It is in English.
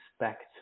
expect